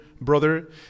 brother